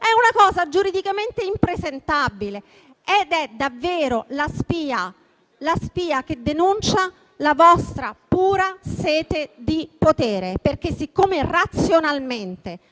una cosa giuridicamente impresentabile ed è davvero la spia che denuncia la vostra pura sete di potere. Razionalmente